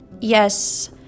yes